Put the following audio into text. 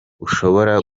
ushobora